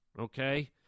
okay